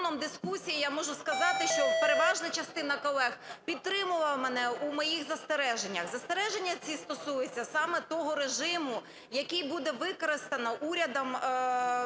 тоном дискусії я можу сказати, що переважна частина колег підтримала мене у моїх застереженнях. Застереження ці стосуються саме того режиму, який буде використано урядом,